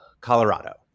Colorado